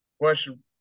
question